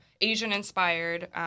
Asian-inspired